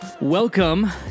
Welcome